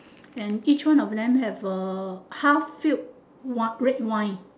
and each one of them have uh half filled red wine